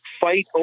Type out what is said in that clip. fight